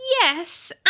Yes